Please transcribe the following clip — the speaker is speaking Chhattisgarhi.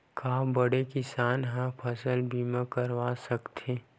का बड़े किसान ह फसल बीमा करवा सकथे?